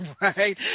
right